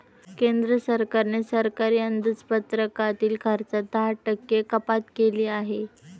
केंद्र सरकारने सरकारी अंदाजपत्रकातील खर्चात दहा टक्के कपात केली आहे